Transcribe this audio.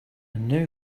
knew